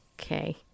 Okay